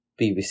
BBC